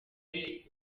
mbere